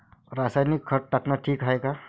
रासायनिक खत टाकनं ठीक हाये का?